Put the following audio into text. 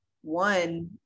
one